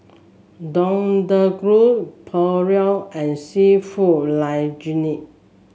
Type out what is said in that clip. Deodeok Gui Pulao and seafood Linguine